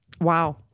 Wow